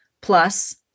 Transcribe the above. plus